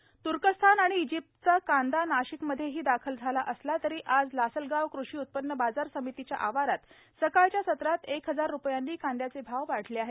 कांदा नाशिक त्र्कस्तान आणि इजिप्तचा कांदा नाशिकमध्येही दाखल झाला असला तरी आज लासलगाव कृषी उत्पन्न बाजार समितीच्या आवारात सकाळच्या सत्रात एक हजार रुपयांनी कांद्याचे भाव वाढले आहेत